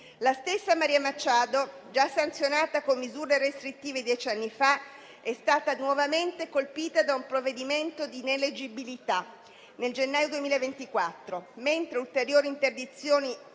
La stessa Maria Machado, già sanzionata con misure restrittive dieci anni fa, è stata nuovamente colpita da un provvedimento di ineleggibilità nel gennaio 2024, mentre ulteriori interdizioni